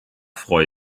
freue